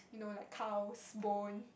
you know like cows bone